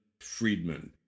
Friedman